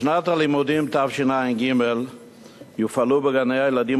בשנת הלימודים תשע"ג יופעלו בגני-הילדים